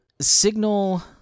Signal